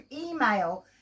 email